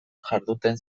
jarduten